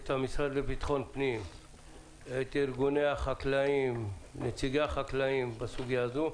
את המשרד לביטחון פנים ואת נציגי החקלאים בסוגיה הזאת,